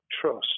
trust